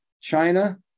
China